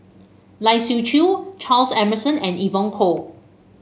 Lai Siu Chiu Charles Emmerson and Evon Kow